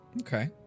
Okay